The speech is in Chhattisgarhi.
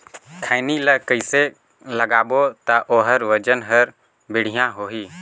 खैनी ला कइसे लगाबो ता ओहार वजन हर बेडिया होही?